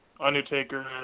Undertaker